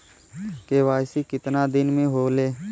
KYC कितना दिन में होले?